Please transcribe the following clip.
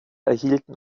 erhielten